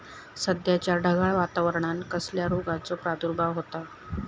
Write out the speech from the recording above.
सध्याच्या ढगाळ वातावरणान कसल्या रोगाचो प्रादुर्भाव होता?